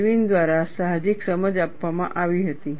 Irwin દ્વારા સાહજિક સમજ આપવામાં આવી હતી